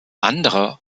andere